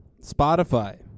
Spotify